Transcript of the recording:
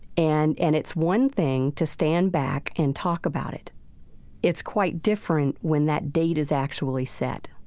and and it's one thing to stand back and talk about it it's quite different when that date is actually set